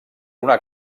una